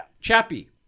Chappie